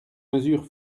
mesure